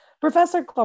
professor